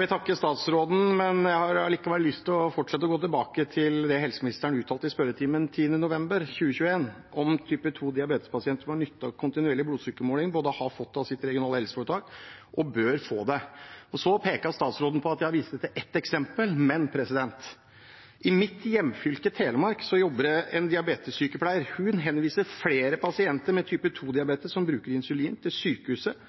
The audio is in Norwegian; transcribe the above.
vil takke statsråden, men jeg har allikevel lyst til å gå tilbake til det helseministeren uttalte i spørretimen 10. november 2021, at «type 2- diabetespasienter som har nytte av kontinuerlig blodsukkermåling, både har fått det av sitt regionale helseforetak og bør få det». Så pekte statsråden på at jeg viste til ett eksempel. Men i mitt hjemfylke, Telemark, jobber det en diabetessykepleier. Hun henviser flere pasienter med type 2-diabetes som bruker insulin, til sykehuset